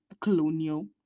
colonial